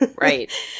Right